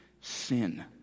sin